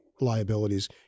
liabilities